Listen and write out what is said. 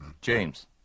James